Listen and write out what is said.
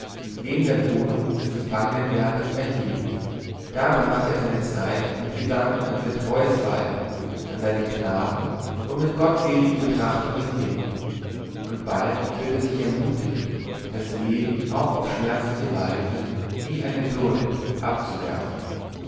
neben der wohnung des gefangenwärters erhielt da brachte er seine zeit mit gedanken an sein treues weib an seinen knaben und mit gottseligen betrachtungen hin und bald fühlte er sich ermutigt das leben auch auf schmerzliche weise wie eine bürde abzuwerfen